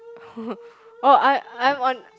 oh I'm I'm on